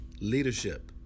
Leadership